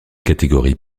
catégorie